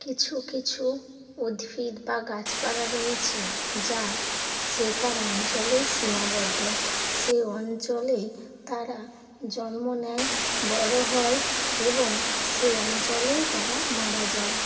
কিছু কিছু উদ্ভিদ বা গাছপালা রয়েছে যা সে তার অঞ্চলেই সীমাবদ্ধ সে অঞ্চলে তারা জন্ম নেয় বড়ো হয় এবং সেই অঞ্চলেই তারা মারা যায়